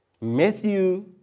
Matthew